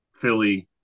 Philly